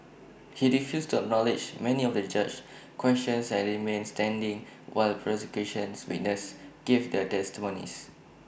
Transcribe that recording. he refused to acknowledge many of the judge's questions and remained standing while prosecution witnesses gave their testimonies